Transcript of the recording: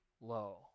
low